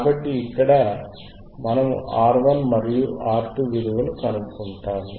కాబట్టి ఇక్కడ మనము R1 మరియు R2 విలువలు కనుక్కుంటాము